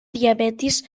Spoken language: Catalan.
diabetis